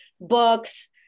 books